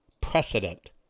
precedent